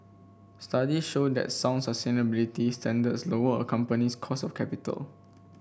studies show that sound sustainability standards lower a company's cost of capital